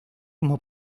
como